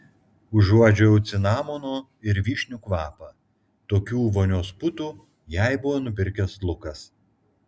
užuodžiau cinamono ir vyšnių kvapą tokių vonios putų jai buvo nupirkęs lukas